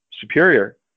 superior